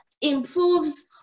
improves